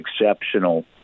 exceptional